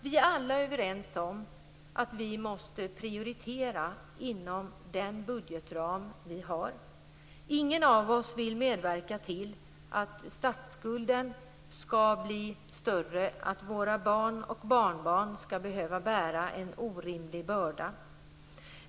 Vi är alla överens om att vi måste prioritera inom den budgetram vi har. Ingen av oss vill medverka till att statsskulden blir större och att våra barn och barnbarn skall behöva bära en orimlig börda.